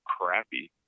crappy